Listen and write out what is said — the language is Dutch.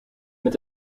met